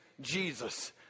Jesus